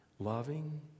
Loving